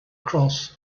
cross